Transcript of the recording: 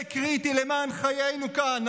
זה קריטי למען חיינו כאן.